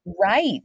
Right